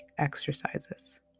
exercises